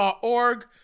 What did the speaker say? org